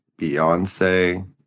Beyonce